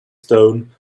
stone